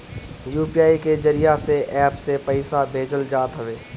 UPI के जरिया से एप्प से पईसा भेजल जात हवे